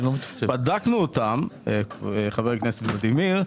בדקנו אותם, חבר הכנסת ולדימיר.